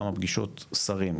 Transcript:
כמה פגישות שרים,